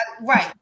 right